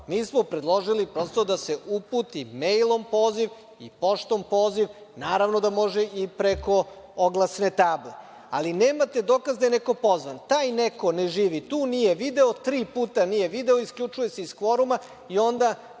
smo predložili da se uputi mejlom poziv i poštom poziv, naravno da može i preko oglasne table, ali nemate dokaz da je neko pozvan. Taj neko ne živi tu, nije video, tri puta nije video i isključuje se iz kvoruma i onda